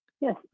Yes